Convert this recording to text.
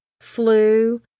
flu